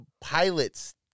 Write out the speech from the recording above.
pilots